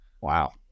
Wow